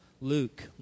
Luke